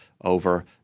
over